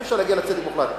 אי-אפשר להגיע לצדק מוחלט,